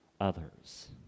others